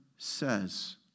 says